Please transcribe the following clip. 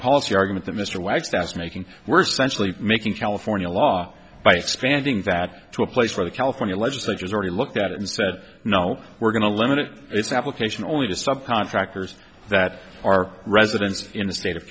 policy argument that mr wagstaff making were centrally making california law by expanding that to a place where the california legislature is already looked at it and said no we're going to limit its application only to sub contractors that are residents in the state of